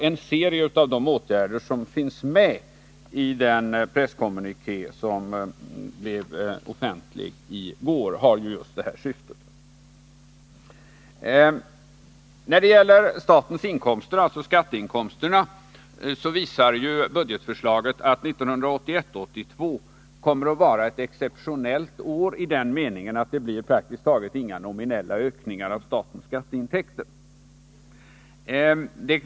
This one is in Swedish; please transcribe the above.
En serie av de åtgärder som finns med i den presskommuniké som blev offentlig i går har just det här-syftet. När det gäller statens inkomster — alltså skatteinkomsterna — så visar ju budgetförslaget att budgetåret 1981/82 kommer att vara ett exceptionellt år i den meningen att det blir praktiskt taget inga nominella ökningar av statens skatteintäkter.